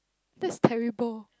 that's terrible